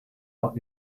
out